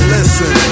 Listen